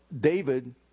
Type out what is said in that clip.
David